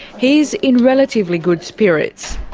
he's in relatively good spirits.